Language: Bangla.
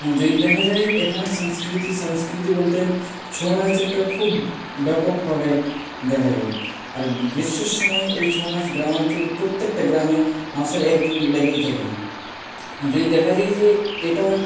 যদি দেখা যায় এখানে সাংস্কৃতি সাংস্কৃতি বলতে ছৌ নাচ একটা খুব ব্যাপকভাবে দেখা যায় আর গ্রীষ্মর সময় এই ছৌ নাচ গ্রামাঞ্চলের প্রত্যেকটা গ্রামে মাসের একদিন লেগেই থাকে যদি দেখা যাই যে এটা